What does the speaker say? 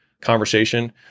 conversation